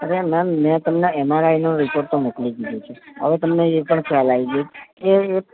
અરે મેમ મેં તમને એમ આર આઈનો રિપોર્ટ પણ મોકલી દીધો છે હવે તમને એ પણ ખ્યાલ આવી ગયો છે કે એક